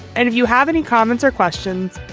and if you have any comments or questions,